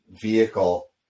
vehicle